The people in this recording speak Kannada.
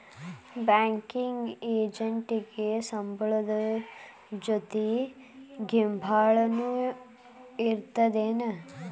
ಬ್ಯಾಂಕಿಂಗ್ ಎಜೆಂಟಿಗೆ ಸಂಬ್ಳದ್ ಜೊತಿ ಗಿಂಬ್ಳಾನು ಇರ್ತದೇನ್?